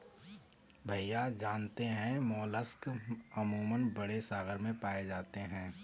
भैया जानते हैं मोलस्क अमूमन बड़े सागर में पाए जाते हैं